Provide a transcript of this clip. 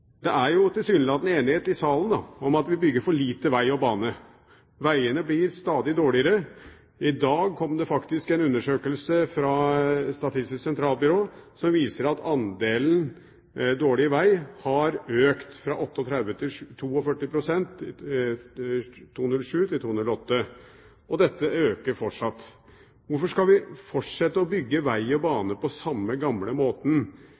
Det er jo tilsynelatende enighet i salen om at vi bygger for lite veg og bane. Vegene blir stadig dårligere. I dag kom det faktisk en undersøkelse fra Statistisk sentralbyrå som viser at andelen dårlig veg har økt fra 38 til 42 pst. fra 2007 til 2008. Dette øker fortsatt. Hvorfor skal vi fortsette å bygge veg og bane på samme gamle